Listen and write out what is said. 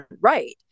Right